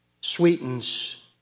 Sweetens